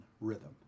rhythm